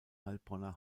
heilbronner